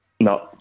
No